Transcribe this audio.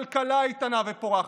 כלכלה איתנה ופורחת,